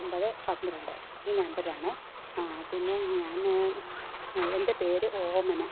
ഒൻപത് പന്ത്രണ്ട് ഈ നമ്പരാണെ പിന്നെ ഞാൻ എന്റെ പേര് ഓമന